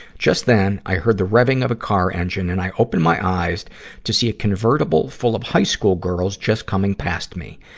just then, i heard the revving of a car engine, and i opened my eyes to see a convertible full of high school girls just coming past me.